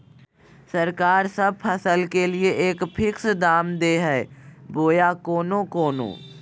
सरकार सब फसल के लिए एक फिक्स दाम दे है बोया कोनो कोनो?